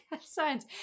science